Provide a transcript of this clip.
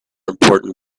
important